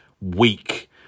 weak